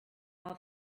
all